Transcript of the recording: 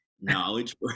knowledge